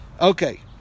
Okay